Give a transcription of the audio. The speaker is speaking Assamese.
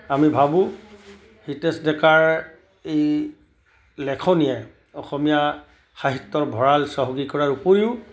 আমি ভাবোঁ হিতেশ ডেকাৰ এই লেখনীয়ে অসমীয়াৰ সাহিত্যৰ ভঁৰাল চহকী কৰাৰ উপৰিও